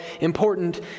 important